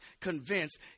convinced